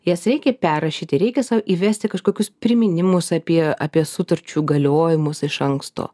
jas reikia perrašyti reikia sau įvesti kažkokius priminimus apie apie sutarčių galiojimus iš anksto